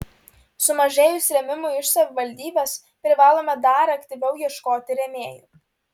sumažėjus rėmimui iš savivaldybės privalome dar aktyviau ieškoti rėmėjų